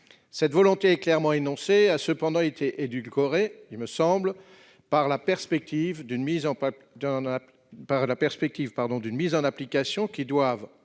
Cette volonté clairement énoncée a cependant été édulcorée, il me semble, par la perspective d'une mise en application qui doit,